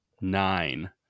nine